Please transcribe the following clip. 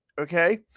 Okay